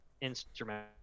instrumental